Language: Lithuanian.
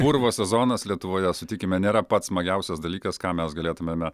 purvo sezonas lietuvoje sutikime nėra pats smagiausias dalykas ką mes galėtumėme